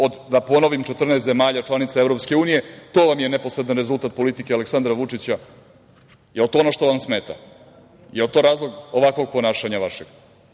da ponovim, 14 zemalja članica EU. To vam je neposredan rezultat politike Aleksandra Vučića, jel to ono što vam smeta? Jel to razlog ovakvog ponašanja vašeg? Ovo